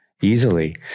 easily